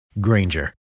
Granger